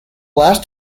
last